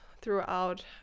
Throughout